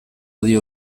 dio